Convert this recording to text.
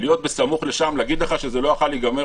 בסמוך לשם להגיד לך שזה לא יכול היה להיגמר